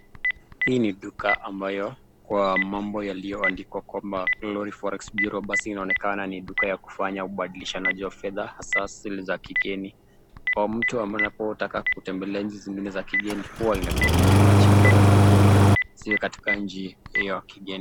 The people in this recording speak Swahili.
Hii ni duka ambayo kwa mambo yaliyoandikwa kwamba Glory Forex Bureau basi inaonekana ni duka ya kufanya upadilishaji wa fedha hasa zile za kigeni. Kwa mtu ambaye unataka kutembelea nchi zingine za kigeni huwa linapidi amepadilisha fedha za Kenya ziwe katika nchi hiyo ya kigeni.